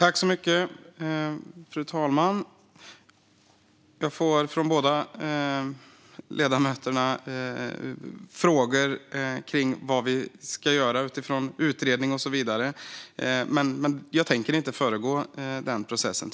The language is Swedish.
Fru talman! Båda ledamöterna ställer frågor om vad vi ska göra mot bakgrund av utredningen och så vidare. Men jag tänker inte föregripa den processen.